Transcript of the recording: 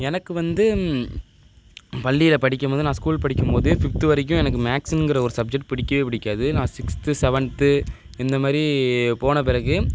எனக்கு வந்து பள்ளியில படிக்கும்போது நான் ஸ்கூல் படிக்கும்போது ஃபிஃப்த்து வரைக்கும் எனக்கு மேக்ஸுங்கிற ஒரு சப்ஜெக்ட் பிடிக்கவே பிடிக்காது நான் சிக்த்து செவன்த்து இந்த மாதிரி போன பிறகு